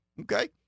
Okay